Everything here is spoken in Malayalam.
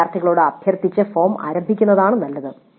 വിദ്യാർത്ഥികളോട് അഭ്യർത്ഥിച്ച് ഫോം ആരംഭിക്കുന്നതാണ് നല്ലത്